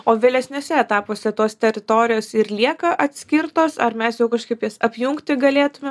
o vėlesniuose etapuose tos teritorijos ir lieka atskirtos ar mes jau kažkaip jas apjungti galėtumėm